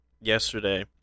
yesterday